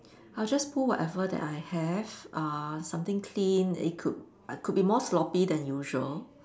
I'll just pull whatever that I have uh something clean it could could be more sloppy than usual